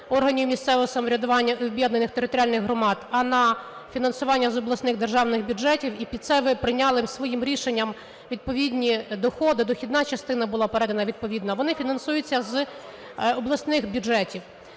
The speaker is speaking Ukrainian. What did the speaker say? органів місцевого самоврядування об'єднаних територіальних громад, а на фінансування з обласних державних бюджетів, і під це ви прийняли своїм рішенням відповідні доходи, дохідна частина була передана відповідна, вони фінансуються з обласних бюджетів.